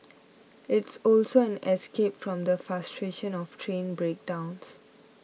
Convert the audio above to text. it's also an escape from the frustration of train breakdowns